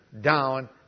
down